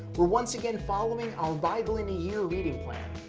we're once again following our bible in a year reading plan.